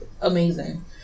amazing